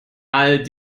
all